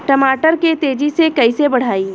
टमाटर के तेजी से कइसे बढ़ाई?